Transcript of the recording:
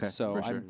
Okay